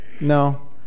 No